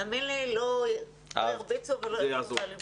תאמין לי שלא ירביצו ולא תהיה אלימות.